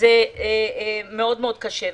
וזה מאוד קשה.